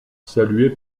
salué